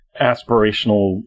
aspirational